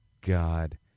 God